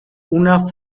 una